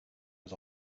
was